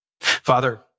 Father